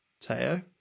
Teo